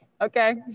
Okay